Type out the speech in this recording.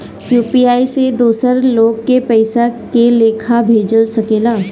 UPI से दोसर लोग के पइसा के लेखा भेज सकेला?